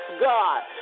God